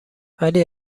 ولی